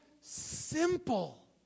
simple